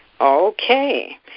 Okay